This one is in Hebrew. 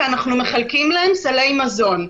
ואנחנו מחלקים להן סלי מזון.